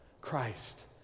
Christ